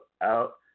out